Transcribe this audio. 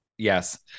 Yes